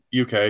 UK